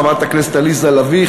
חברת הכנסת עליזה לביא,